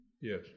Yes